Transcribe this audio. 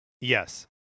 Yes